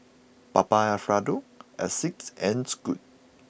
Papa Alfredo Asics and Scoot